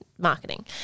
marketing